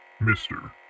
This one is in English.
Mister